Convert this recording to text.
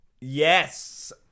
Yes